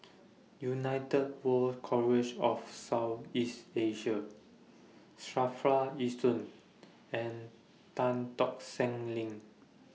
United World College of South East Asia SAFRA Yishun and Tan Tock Seng LINK